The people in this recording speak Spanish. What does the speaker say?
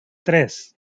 tres